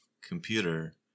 computer